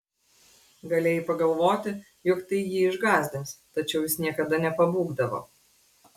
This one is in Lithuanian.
galėjai pagalvoti jog tai jį išgąsdins tačiau jis niekada nepabūgdavo